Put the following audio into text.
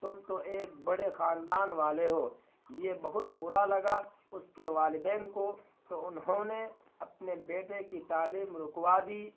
تم تو ایک بڑے خاندان والے ہو یہ بہت برا لگا اس کے والدین کو تو انہوں نے اپنے بیٹے کی تعلیم رکوا دی